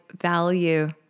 value